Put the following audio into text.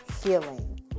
healing